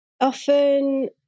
often